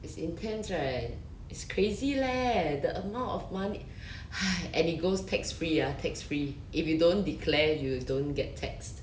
it's intense right it's crazy leh the amount of money !hais! and it goes tax free ah tax free if you don't declare you don't get taxed